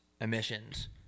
emissions